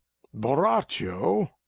borachio?